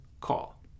call